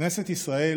כנסת ישראל